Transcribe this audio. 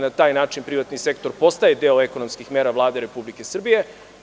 Na taj način privatni sektor postaje deo ekonomskih mera Vlade Republike Srbije.